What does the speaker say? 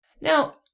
Now